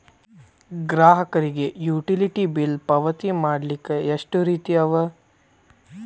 ಗ್ರಾಹಕರಿಗೆ utility bill ಪಾವತಿ ಮಾಡ್ಲಿಕ್ಕೆ ಎಷ್ಟ ರೇತಿ ಅವ?